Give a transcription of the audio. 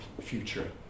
future